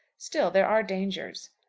still there are dangers.